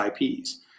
IPs